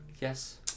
Yes